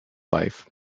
life